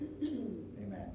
Amen